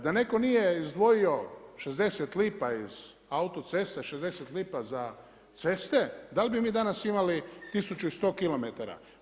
Da netko nije izdvojio 60 lipa iz autocesta, 60 lipa za ceste, da li bi mi danas imali 1100 kilometara?